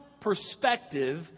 perspective